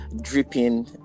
dripping